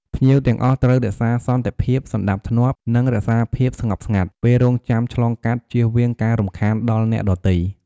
ភ្ញៀវទាំងអស់ត្រូវរក្សាសន្តិភាព សណ្តាប់ធ្នាប់ និងរក្សាភាពស្ងប់ស្ងាត់ ពេលរង់ចាំឆ្លងកាត់ ជៀសវាងការរំខានដល់អ្នកដទៃ។